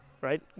right